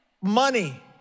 money